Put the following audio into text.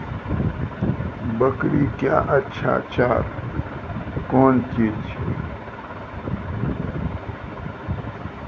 बकरी क्या अच्छा चार कौन चीज छै के?